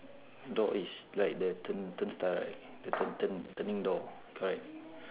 door is like the turn turnstile right the turn turn turning door correct